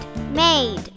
made